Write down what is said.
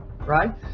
right